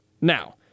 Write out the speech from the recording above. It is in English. Now